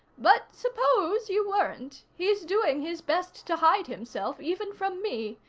but suppose you weren't? he's doing his best to hide himself, even from me.